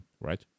right